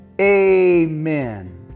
Amen